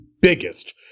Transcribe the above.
biggest